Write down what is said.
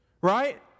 Right